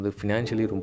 financially